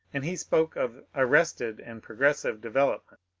and he spoke of arrested and progressive de velopment.